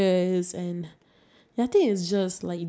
oh shit piece of shit